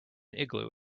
igloo